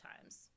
times